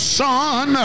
son